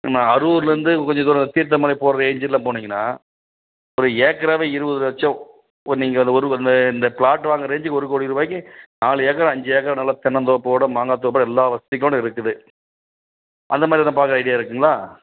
நான் அரூர்லேருந்து கொஞ்சம் தூரம் தீர்த்தமலை போகிற ரேஞ்சில் போனீங்கன்னா ஒரு ஏக்கராவே இருபது லட்சம் ஓ நீங்கள் அந்த ஒரு அந்த இந்த ப்ளாட்டு வாங்கிற ரேஞ்சுக்கு ஒரு கோடி ரூபாய்க்கி நாலு ஏக்கர் அஞ்சு ஏக்கர் நல்லா தென்னந்தோப்போட மாங்காய் தோப்போடய எல்லாம் வசதியோடய இருக்குது அந்த மாதிரி எதுவும் பார்க்கற ஐடியா இருக்குங்களா